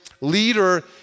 leader